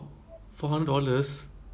four hundred dollars